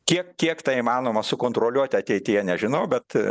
kiek kiek tai įmanoma sukontroliuoti ateityje nežinau bet